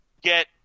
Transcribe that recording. get